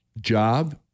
job